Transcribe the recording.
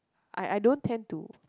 I I don't tend to